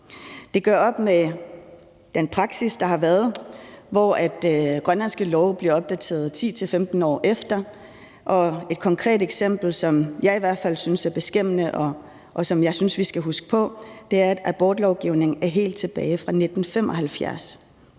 Det gør op med den praksis, der har været, hvor grønlandske love bliver opdateret 10-15 år efter. Kl. 10:26 Et konkret eksempel, som jeg i hvert fald synes er beskæmmende, og som jeg synes vi skal huske på, er, at abortlovgivningen er helt tilbage fra 1975.